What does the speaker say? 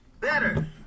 better